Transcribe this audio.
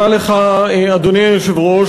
אדוני היושב-ראש,